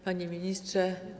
Panie Ministrze!